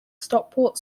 stockport